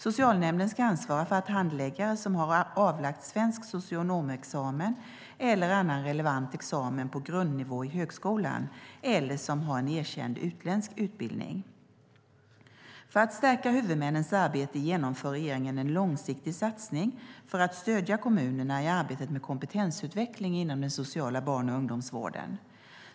Socialnämnden ska ansvara för att använda handläggare som har avlagt svensk socionomexamen eller annan relevant examen på grundnivå i högskolan, eller som har en erkänd utländsk utbildning. För att stärka huvudmännens arbete genomför regeringen en långsiktig satsning för att stödja kommunerna i arbetet med kompetensutveckling inom den sociala barn och ungdomsvården.